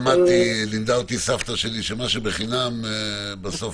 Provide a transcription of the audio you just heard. לימדה אותי סבתא שלי שמה שהוא בחינם בסוף